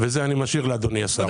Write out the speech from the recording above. ואת זה אני משאיר לאדוני השר.